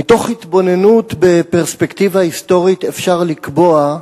מתוך התבוננות בפרספקטיבה היסטורית אפשר לקבוע: